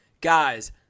Guys